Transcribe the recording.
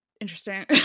interesting